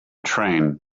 train